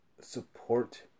Support